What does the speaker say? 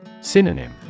Synonym